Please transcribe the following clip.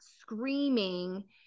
screaming